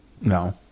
no